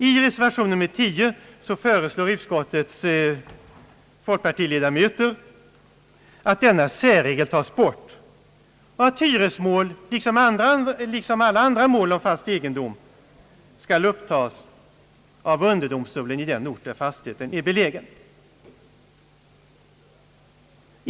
I reservation X föreslår utskottets folkpartiledamöter att denna särregel skall tas bort och att hyresmål liksom alla andra mål om fast egendom skall upptas av underdomstolen på den ort där fastigheten är belägen.